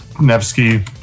Nevsky